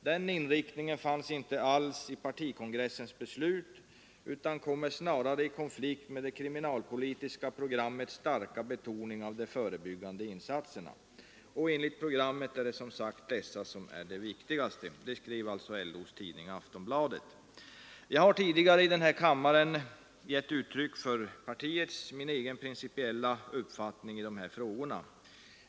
Den inriktningen finns inte alls i partikongressens beslut, utan kommer snarare i konflikt med det kriminalpolitiska programmets starka betoning av de förebyggande insatserna. Och enligt programmet är det som sagt dessa som är de viktigaste.” Detta skrev alltså LO:s tidning Aftonbladet. Jag har tidigare i denna kammare gett uttryck för partiets och min egen principiella uppfattning i dessa frågor.